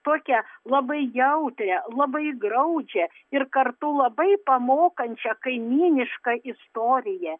tokią labai jautrią labai graudžią ir kartu labai pamokančią kaimynišką istoriją